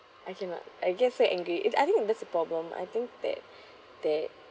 I cannot I guess so angry it's I think there's a problem I think that that